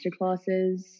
masterclasses